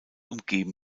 umgeben